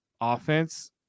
offense